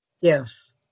Yes